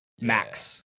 Max